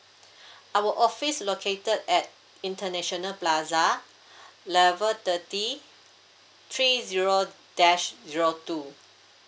our office located at international plaza level thirty three zero dash zero two